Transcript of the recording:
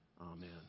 Amen